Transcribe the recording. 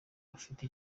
bafite